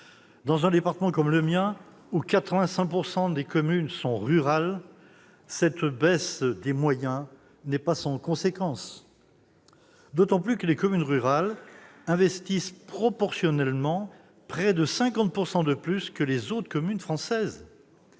Dans un département comme le mien où 85 % des communes sont rurales, cette baisse des moyens n'est pas sans conséquence. D'autant que les communes rurales investissent proportionnellement près de 50 % de plus que les autres communes françaises.